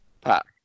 Pat